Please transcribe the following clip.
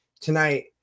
tonight